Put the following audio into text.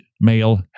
male